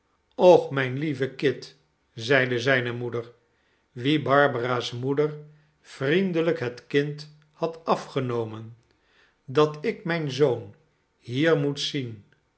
och mijn lieve kit zeide zijne moeder wie barbara's moeder vriendelijk het kind had afgenomen dat ik mijn zoon hier moet zien